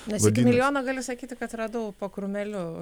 nes milijono galiu sakyti kad radau po krūmeliu